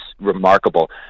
remarkable